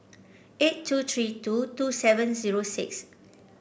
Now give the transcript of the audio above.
eight two three two two seven zero six